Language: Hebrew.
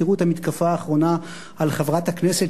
תראו את המתקפה האחרונה על חברת הכנסת